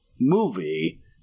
movie